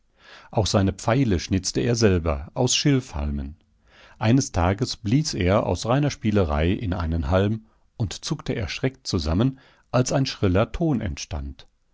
auch seine pfeile schnitzte er selber aus schilfhalmen eines tages blies er aus reiner spielerei in einen halm und zuckte erschreckt zusammen als ein schriller ton